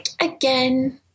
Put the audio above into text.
again